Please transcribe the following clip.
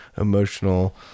emotional